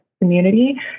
community